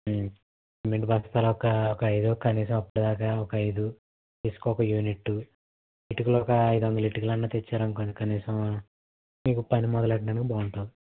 cement బస్తాలు ఒక ఒక ఐదు కనీసం అప్పటిదాకా ఒక ఐదు ఇసక ఒక యూనిట్టు ఇటుకలు ఒక ఐదొందలు ఇటుకలన్నా తెచ్చారనుకోండి కనీసం మీకు పని మొదలెట్టడానికి బాగుంటుంది